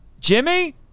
Jimmy